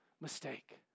mistake